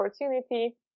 opportunity